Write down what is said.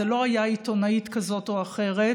זה לא היה עיתונאית כזאת או אחרת.